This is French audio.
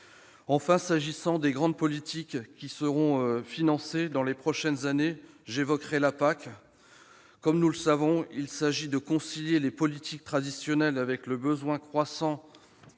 Enfin, s'agissant des grandes politiques qui seront financées dans les prochaines années, j'évoquerai la PAC. Comme nous le savons, il s'agit de concilier les politiques traditionnelles avec les besoins croissants